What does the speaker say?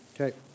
Okay